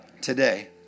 today